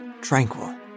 tranquil